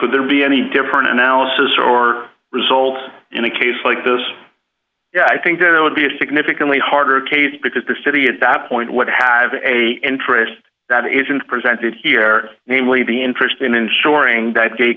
would there be any different analysis or result in a case like this i think it would be a significantly harder case because the city at that point would have a interest that isn't presented here namely the interest in ensuring that gay